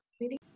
meeting